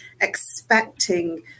expecting